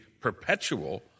perpetual